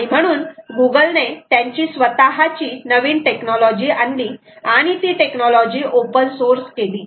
आणि म्हणून गुगल ने त्यांची स्वतःची नवीन टेक्नॉलॉजी आणली आणि ती टेक्नॉलॉजी ओपन सोर्स केली